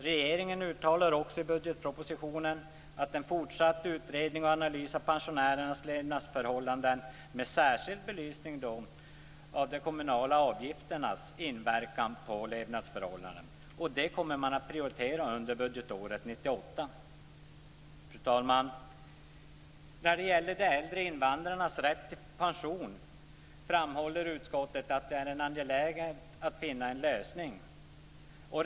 Regeringen uttalar också i budgetpropositionen att en fortsatt utredning och analys av pensionärernas levnadsförhållanden, med särskild belysning av de kommunala avgifternas inverkan på levnadsförhållandena, kommer att prioriteras under budgetåret Fru talman! När det gäller de äldre invandrarnas rätt till pension framhåller utskottet att det är angeläget att finna en lösning.